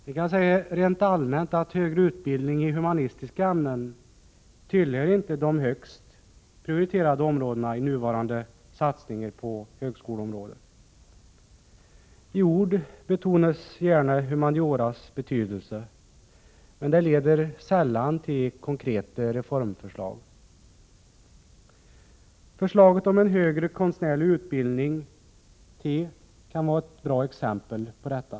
Rent allmänt kan man säga att högre utbildning i humanistiska ämnen inte tillhör det högst prioriterade när det gäller satsningen på högskoleområdet. I ord betonas gärna humanioras betydelse, men det leder sällan till konkreta reformförslag. Förslaget om en högre konstnärlig utbildning kan utgöra ett bra exempel på detta.